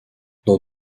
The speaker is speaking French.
dans